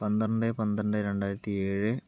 പന്ത്രണ്ട് പന്ത്രണ്ട് രണ്ടായിരത്തി ഏഴ്